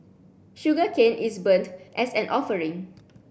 sugarcane is burnt as an offering